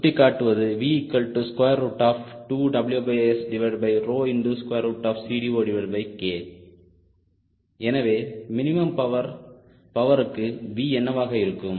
இது சுட்டிக்காட்டுவது V2WSCD0K எனவே மினிமம் பவர்க்கு V என்னவாக இருக்கும்